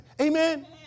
amen